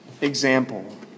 example